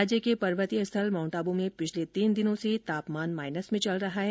राज्य के पर्वतीय स्थल माउंट आबू में पिछले तीन दिनों से तापमान माइनस में चल रहा है